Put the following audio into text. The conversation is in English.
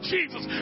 Jesus